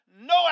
No